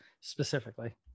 specifically